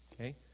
okay